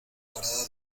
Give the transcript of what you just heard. parada